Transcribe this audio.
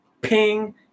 ping